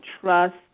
Trust